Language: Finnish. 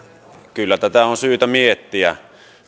kyllä tätä on syytä miettiä